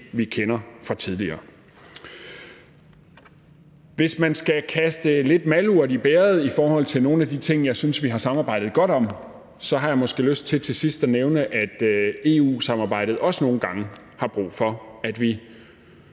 vi kender fra tidligere. Kl. 16:38 Hvis man skal kaste lidt malurt i bægeret i forhold til nogle af de ting, jeg synes vi har samarbejdet godt om, har jeg måske lyst til til sidst at nævne, at EU-samarbejdet også nogle gange har brug for, at vi